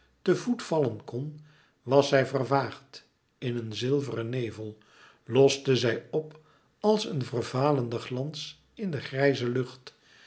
te voet vallen kon was zij vervaagd in een zilveren nevel loste zij op als een vervalende glans in de grijzige lucht